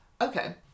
Okay